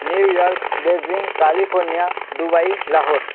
New York Beijing California Dubai Lahore